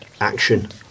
action